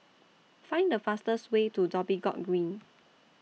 Find The fastest Way to Dhoby Ghaut Green